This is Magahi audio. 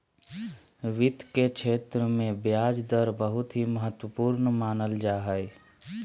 वित्त के क्षेत्र मे ब्याज दर बहुत ही महत्वपूर्ण मानल जा हय